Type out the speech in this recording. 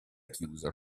chiusa